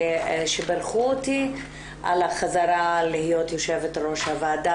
שברכו אותי על החזרה להיות יו"ר הוועדה,